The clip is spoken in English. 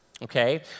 Okay